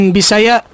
Bisaya